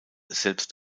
selbst